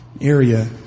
area